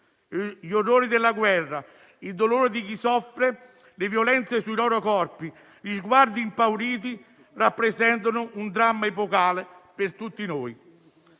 Gli orrori della guerra, il dolore di chi soffre, le violenze sui loro corpi, gli sguardi impauriti rappresentano un dramma epocale per tutti noi.